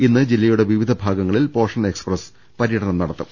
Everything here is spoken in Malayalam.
ഇന്ന് ജില്ലയുടെ വിവിധ ഭാഗങ്ങളിൽ പോഷൺ എക്സ്പ്രസ് വാഹനം പര്യടനം നടത്തും